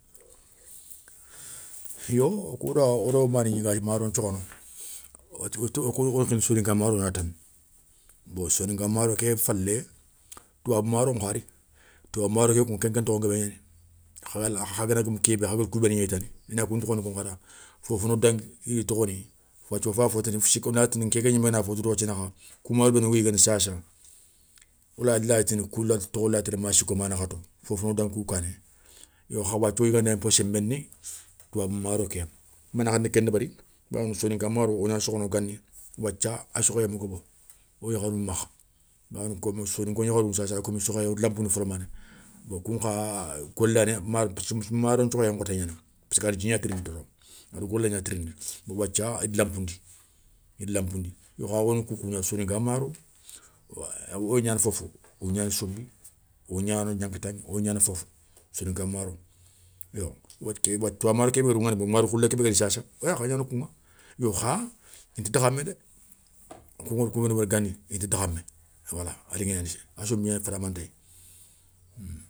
Yo wo kou da wo do mani gni i ga maro nthiokhono, wo kou otini soninkan maro gna tane bon soninkan maro ké falé, toubabou maron kha ri, toubabou maro kéŋa ken tokho nguébé gnani, kha gana guémou kébé khagada kou ntokhoni gnéy tane i na kou ntokhonin koŋa hada fofono dangui, i di tokhoni, wathia wofayi foatanani, wathia woray tini nkenke gnimé na fotou do wathia nakha kou marou béni wogui yigana sassa lay tini kou tokho lay télé ma siko ma nakhato. fo fono dangui koun kané, yo kha wakha wathia wo yigandé npo senbé ni, toubabou maro kéya. Mané khandi ken débéri bawoni soninka maro wogna sokhono gani wathia a sokhoyé ma gabo, wo yakharou makha bawoni komi soninka yakharosassa ay comme sokhoyé i da lanpoundi foné, bon kounkha golé yani maron tnhiokhoyé nkhotégnani parcekadi dji gna tirindi bon wathia i da lanpoundi, ida lanpoundi. Yo kha wo gni kounkou gna tou, soninka maro woy gnana fofo, woy gnana sonbi, woy gnana gnankataŋé woya gnana fofo soninka maro. Wathia toubabou maro ké bé ga ri sassa wo yakhé gnana kounŋa yo kha inta dakhamé dé wo kou gada kou béni wori gani inta dakhamé, wo kou gada kou béni wori gani inta dakhamé wala a liŋé gnana a sonbi ŋa fatama ntéye.